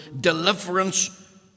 deliverance